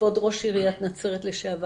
כבוד ראש עיריית נצרת לשעבר,